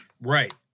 right